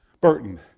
Burton